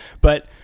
but-